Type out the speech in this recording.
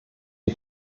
die